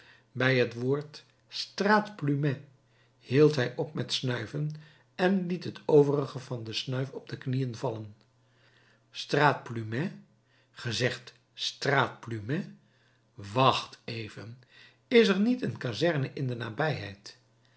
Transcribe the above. bij het woord straat plumet hield hij op met snuiven en liet het overige van de snuif op de knieën vallen straat plumet ge zegt straat plumet wacht even is er niet een kazerne in de nabijheid